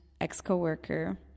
ex-co-worker